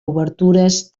obertures